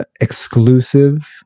exclusive